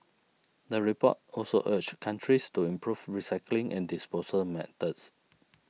the report also urged countries to improve recycling and disposal methods